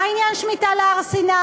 אבל מה עניין שמיטה להר-סיני?